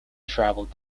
travelled